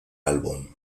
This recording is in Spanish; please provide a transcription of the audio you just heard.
álbum